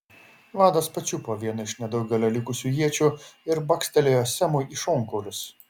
vadas pačiupo vieną iš nedaugelio likusių iečių ir bakstelėjo semui į šonkaulius